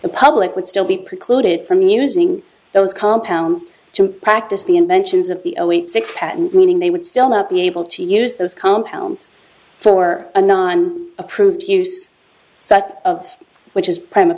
the public would still be precluded from using those compounds to practice the inventions of the elite six patent meaning they would still not be able to use those compounds for a non approved use such of which is pr